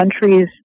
countries